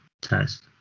test